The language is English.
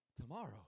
Tomorrow